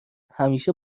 همیشه